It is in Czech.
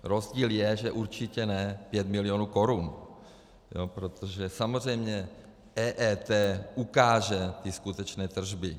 Rozdíl je, že určitě ne 5 milionů korun, protože samozřejmě EET ukáže ty skutečné tržby.